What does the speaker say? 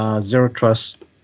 Zero-trust